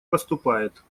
поступает